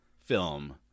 film